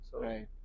Right